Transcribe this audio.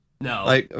No